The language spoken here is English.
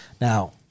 Now